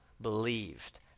believed